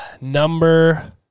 number